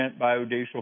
biodiesel